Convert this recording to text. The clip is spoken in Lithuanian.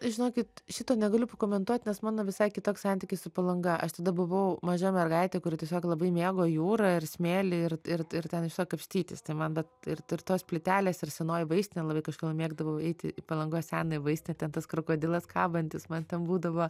žinokit šito negaliu pakomentuoti nes mano visai kitoks santykis su palanga aš tada buvau maža mergaitė kuri tiesiog labai mėgo jūrą ir smėlį ir ir ir ten tiesiog kapstytis tai man vat ir ir tos plytelės ir senoji vaistinė labai kažkodėl mėgdavau eiti į palangos seną vaistinę ten tas krokodilas kabantis man ten būdavo